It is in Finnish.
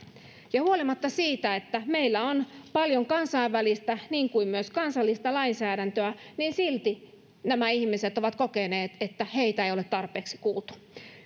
ja huolimatta siitä että meillä on paljon niin kansainvälistä kuin myös kansallista lainsäädäntöä nämä ihmiset ovat kokeneet että heitä ei ole tarpeeksi kuultu